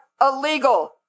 illegal